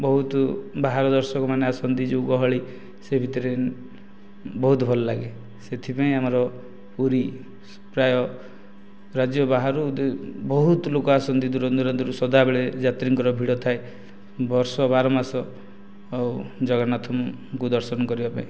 ବହୁତ ବାହାର ଦର୍ଶକମାନେ ଆସନ୍ତି ଯେଉଁ ଗହଳି ସେ ଭିତରେ ବହୁତ ଭଲ ଲାଗେ ସେଥିପାଇଁ ଆମର ପୁରୀ ପ୍ରାୟ ରାଜ୍ୟ ବାହାରୁ ବହୁତ ଲୋକ ଆସନ୍ତି ଦୂରଦୂରାନ୍ତରୁ ସଦାବେଳେ ଯାତ୍ରୀଙ୍କର ଭିଡ଼ ଥାଏ ବର୍ଷ ବାରମାସ ଆଉ ଜଗନ୍ନାଥଙ୍କୁ ଦର୍ଶନ କରିବାପାଇଁ